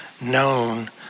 known